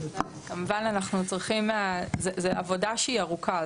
כמובן שזו עבודה שהיא ארוכה,